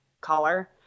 color